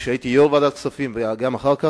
כשהייתי יושב-ראש ועדת הכספים וגם אחר כך.